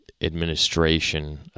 administration